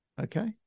Okay